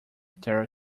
their